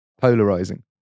Polarizing